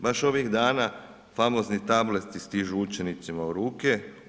Baš ovih dana, famozni tableti stižu učenicima u ruke.